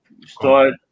start